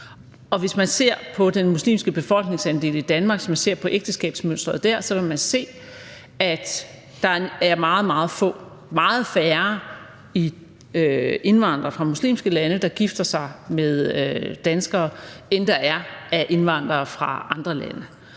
Hvis man ser på den muslimske befolkningsandel i Danmark og ser på ægteskabsmønsteret dér, vil man se, at der er meget, meget få, meget færre indvandrere fra muslimske lande, der gifter sig med danskere, end der er indvandrere fra andre lande,